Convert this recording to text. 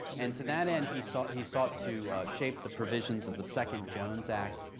and to that end, he sought he sought to shape the provisions of the second jones act,